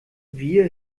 wir